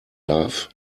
darf